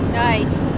nice